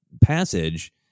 passage